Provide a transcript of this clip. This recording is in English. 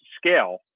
scale